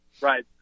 Right